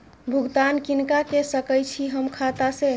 भुगतान किनका के सकै छी हम खाता से?